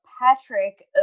Patrick